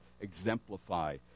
exemplify